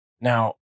now